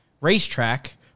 racetrack